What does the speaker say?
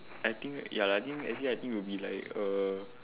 I think ya lah i think actually I think will be like err